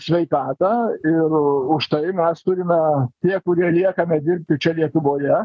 sveikatą ir užtai mes turime tie kurie liekame dirbti čia lietuvoje